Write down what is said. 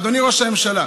אדוני ראש הממשלה,